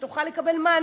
כך שהיא תוכל לקבל מענה,